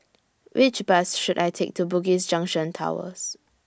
Which Bus should I Take to Bugis Junction Towers